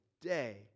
day